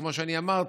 כמו שאני אמרתי,